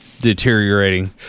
deteriorating